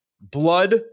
Blood